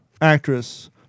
actress